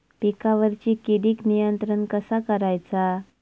पिकावरची किडीक नियंत्रण कसा करायचा?